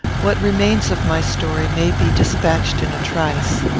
what remains of my story may be despatched in a trice.